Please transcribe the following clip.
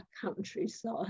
countryside